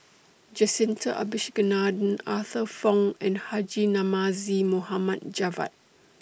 Jacintha Abisheganaden Arthur Fong and Haji Namazie Mohd Javad